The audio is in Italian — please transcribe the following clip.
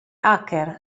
hacker